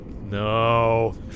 No